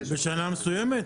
בשנה מסוימת?